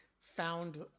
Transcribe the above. found